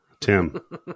Tim